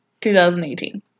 2018